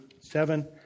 seven